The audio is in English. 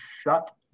shut